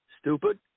stupid